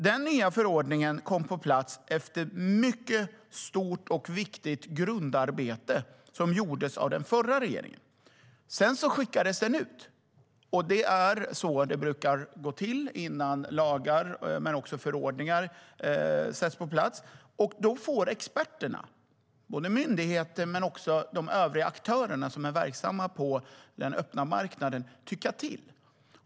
Den nya förordningen kom på plats efter ett mycket stort och viktigt grundarbete som gjordes av den förra regeringen. Sedan skickades den ut på remiss. Det är så det brukar gå till innan lagar men också förordningar sätts på plats. Då får experterna - både myndigheter och de övriga aktörerna som är verksamma på den öppna marknaden - tycka till.